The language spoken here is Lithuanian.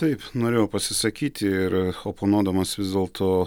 taip norėjau pasisakyti ir oponuodamas vis dėlto